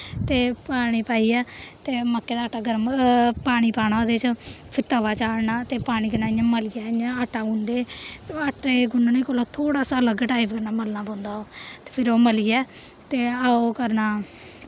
ते पानी पाइयै ते मक्कें दा आटा गर्म पानी पाना ओह्दे च फिर तवा चाढ़ना ते पानी कन्नै इ'यां मलियै इ'यां आटा गु'नदे ओह् आटे गु'न्नने कोला थोह्ड़ा सा अलग टाइप कन्नै मलना पौंदा ओह् ते फिर ओह् मलियै ते ओह् करना